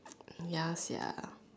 ya sia